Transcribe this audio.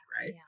right